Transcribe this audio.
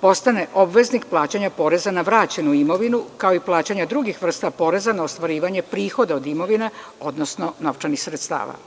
postane obveznik plaćanja poreza na vraćenu imovinu, kao i plaćanje drugih vrsta poreza na ostvarivanje prihoda od imovine, odnosno novčanih sredstava.